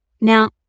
Now